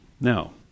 Now